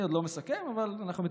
אני עוד לא מסכם, אבל אנחנו מתקרבים.